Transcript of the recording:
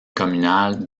communal